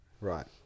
Right